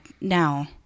now